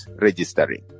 registering